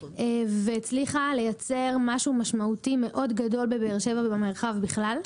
והצליחה לייצר משהו משמעותי מאוד גדול בבאר שבע ובמרחב בכלל.